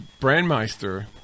Brandmeister